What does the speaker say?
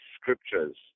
scriptures